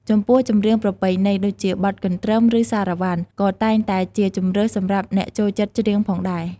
ចំពោះ ចម្រៀងប្រពៃណី ដូចជាបទកន្រ្តឹម ឬសារ៉ាវ៉ាន់ ក៏តែងតេជាជម្រើសសម្រាប់អ្នកចូលចិត្តច្រៀងផងដែរ។